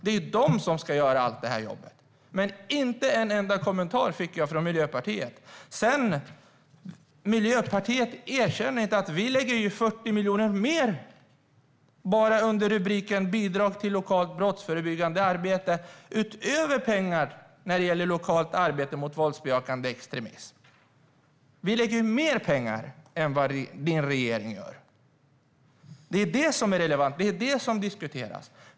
Det är de som ska göra allt det här jobbet. Men inte en enda kommentar om det fick jag från Miljöpartiet. Miljöpartiet erkänner inte att vi lägger 40 miljoner mer bara under rubriken "Bidrag till lokalt brottsförebyggande arbete" utöver pengar till lokalt arbete mot våldsbejakande extremism. Vi lägger mer pengar än vad din regering gör, Annika Hirvonen Falk. Det är det som är relevant och ska diskuteras.